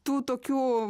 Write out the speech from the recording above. tų tokių